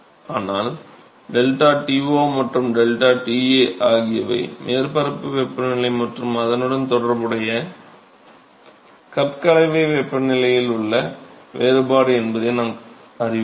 ஆனால் ΔTo மற்றும் ΔTa ஆகியவை மேற்பரப்பு வெப்பநிலை மற்றும் அதனுடன் தொடர்புடைய கப் கலவை வெப்பநிலையில் உள்ள வேறுபாடு என்பதை நாம் அறிவோம்